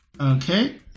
okay